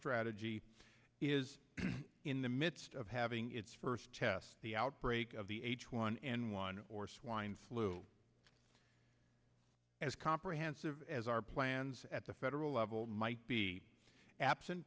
strategy is in the midst of having its first test the outbreak of the h one n one or swine flu as comprehensive as our plans at the federal level might be absent